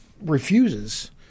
refuses